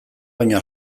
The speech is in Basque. baino